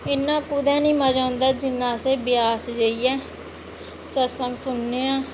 इन्ना कुदै निं मज़ा औंदा जिन्ना अस ब्यास जाइयै सत्संग सुनने आं